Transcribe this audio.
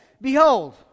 Behold